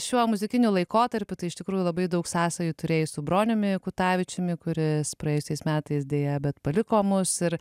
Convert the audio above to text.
šiuo muzikiniu laikotarpiu tai iš tikrųjų labai daug sąsajų turėjai su broniumi kutavičiumi kuris praėjusiais metais deja bet paliko mus ir